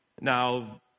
Now